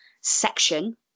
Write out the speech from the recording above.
section